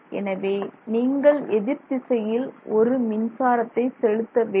எனவே நீங்கள் எதிர் திசையில் ஒரு மின்சாரத்தை செலுத்த வேண்டும்